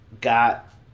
got